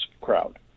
crowd